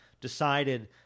decided